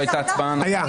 1,179 מי בעד?